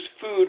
food